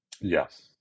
yes